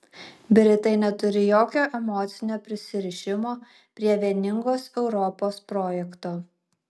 britai neturi jokio emocinio prisirišimo prie vieningos europos projekto